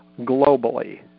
globally